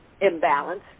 imbalance